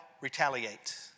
retaliate